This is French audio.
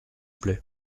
plait